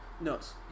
Nuts